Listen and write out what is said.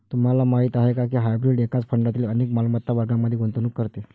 तुम्हाला माहीत आहे का की हायब्रीड एकाच फंडातील अनेक मालमत्ता वर्गांमध्ये गुंतवणूक करते?